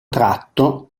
tratto